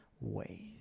ways